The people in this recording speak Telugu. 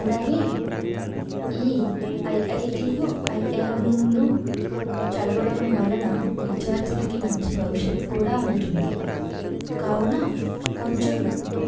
అలాగే ఈ ఐఐటీలు ఐఎఎంలు చదవడం వలన విద్యార్థులకి మంచి భవిష్యత్తు కూడా ఉంటుంది కావున కొంచెం